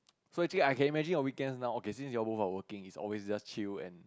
so actually I can imagine your weekends now okay since you both are working it's always just chill and